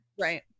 Right